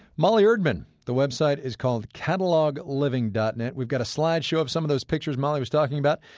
molly erdman, the website is called catalogliving dot net. we've got a slideshow of some of those pictures molly was talking about.